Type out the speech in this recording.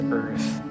earth